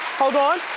hold on,